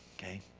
okay